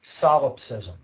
Solipsism